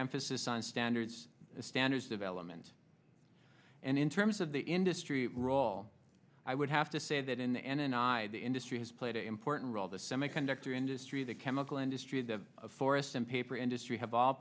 emphasis on standards the standards development and in terms of the industry role i would have to say that in the end and i the industry has played a important role the semiconductor industry the chemical industry the forest and paper industry have all